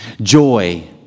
Joy